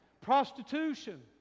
Prostitution